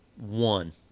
one